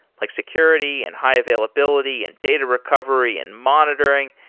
like security, and high availability, and data recovery, and monitoring,